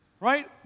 right